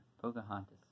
Pocahontas